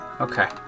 Okay